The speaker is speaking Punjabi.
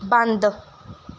ਬੰਦ